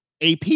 AP